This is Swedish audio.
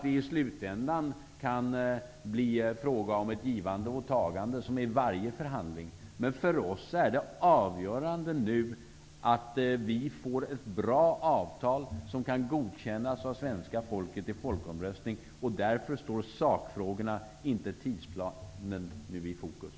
I slutändan kan det bli frågan om ett givande och tagande som i varje förhandling. Men för oss är det avgörande att vi får ett bra avtal som kan godkännas av svenska folket i en folkomröstning. Därför står sakfrågorna, inte tidsplanen, nu i fokus.